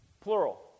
plural